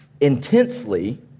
intensely